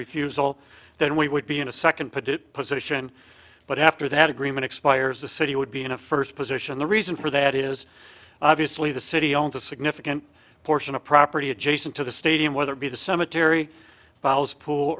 refusal then we would be in a second put it position but after that agreement expires the city would be in a first position the reason for that is obviously the city owns a significant portion of property adjacent to the stadium whether it be the cemetery